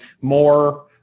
more